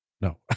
No